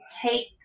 take